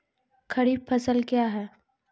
खरीफ फसल क्या हैं?